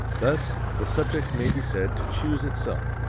thus, the subject may be said to choose itself,